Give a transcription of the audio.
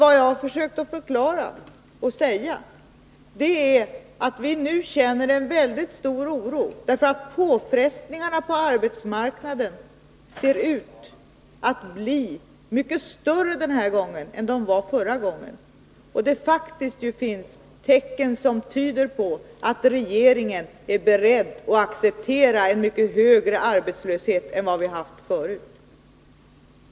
Vad jag har försökt att förklara är att vi nu känner en väldigt stor oro, därför att påfrestningarna på arbetsmarknaden ser ut att bli mycket större den här gången än de var förra gången. Det finns ju faktiskt tecken som tyder på att regeringen är beredd att acceptera en mycket högre arbetslöshet än vad vi har haft förut.